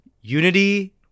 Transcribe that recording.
Unity